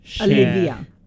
Olivia